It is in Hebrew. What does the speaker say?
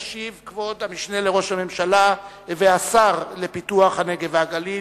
שעליהן ישיב כבוד המשנה לראש הממשלה והשר לפיתוח הנגב והגליל,